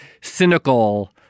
cynical